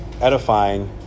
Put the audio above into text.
edifying